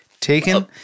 taken